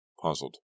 puzzled